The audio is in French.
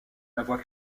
voix